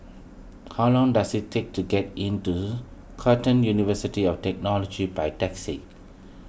how long does it take to get into Curtin University of Technology by taxi